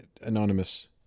anonymous